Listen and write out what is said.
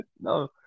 No